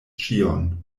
ĉion